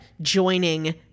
joining